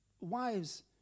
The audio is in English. wives